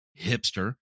hipster